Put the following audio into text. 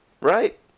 Right